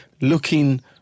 looking